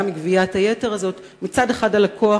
מגביית היתר הזאת: מצד אחד הלקוח,